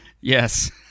Yes